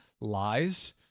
lies